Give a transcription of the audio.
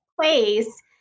place